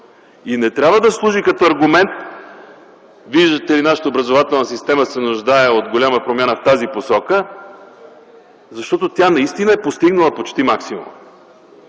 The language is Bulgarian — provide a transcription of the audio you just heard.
То не трябва да служи като аргумент, че, виждате ли, нашата образователна система се нуждае от голяма промяна в тази посока, защото тя наистина е постигнала почти максимума.